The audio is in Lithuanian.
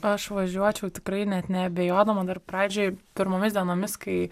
aš važiuočiau tikrai net neabejodama dar pradžioj pirmomis dienomis kai